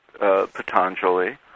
Patanjali